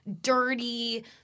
dirty